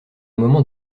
moment